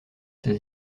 ces